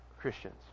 Christians